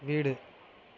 வீடு